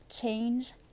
change